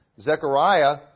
Zechariah